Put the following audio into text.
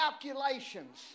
calculations